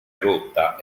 rotta